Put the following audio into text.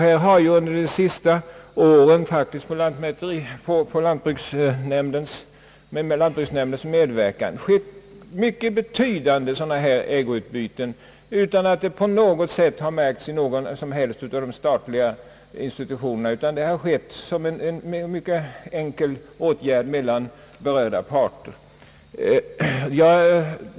Här har under de senaste åren med lantbruksnämndens medverkan genomförts mycket betydande ägoutbyten utan att det förmärks någon aktivitet från centrala statliga institutioner. Dessa ägoutbyten har skett som en enkel åtgärd mellan berörda parter.